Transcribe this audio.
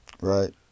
right